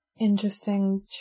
interesting